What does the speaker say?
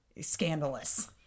scandalous